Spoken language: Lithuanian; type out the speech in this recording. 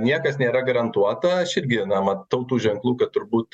niekas nėra garantuota aš irgi na matau tų ženklų kad turbūt